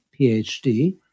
PhD